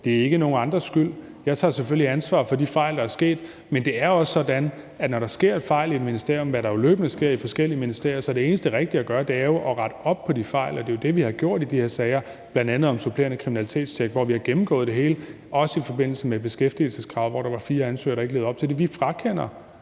Det er ikke nogle andres skyld. Jeg tager selvfølgelig ansvar for de fejl, der er sket, men det er også sådan, at når der sker fejl i et ministerium, hvad der jo løbende gør i forskellige ministerier, så er det eneste rigtige at gøre jo at rette op på de fejl, og det er jo det, vi har gjort i de her sager, bl.a. om supplerende kriminalitetstjek, hvor vi har gennemgået det hele, også i forbindelse med beskæftigelseskrav, hvor der var fire ansøgere, der ikke levet op til det. Vi rejser